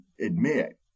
admit